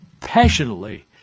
passionately